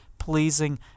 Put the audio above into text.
pleasing